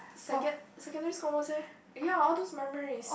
second secondary school most eh ya all those memories